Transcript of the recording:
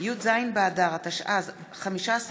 יחיאל חיליק בר,